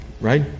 Right